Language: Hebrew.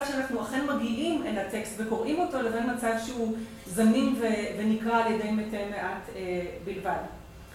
שאנחנו אכן מגיעים אל הטקסט וקוראים אותו לבין מצב שהוא זנים ונקרא על ידי מתי מעט בלבד.